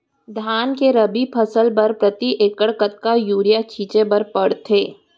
धान के रबि फसल बर प्रति एकड़ कतका यूरिया छिंचे बर पड़थे?